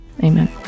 Amen